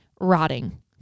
rotting